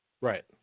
Right